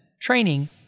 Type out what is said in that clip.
training